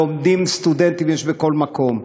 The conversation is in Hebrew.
לומדים וסטודנטים יש בכל מקום.